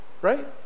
right